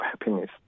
happiness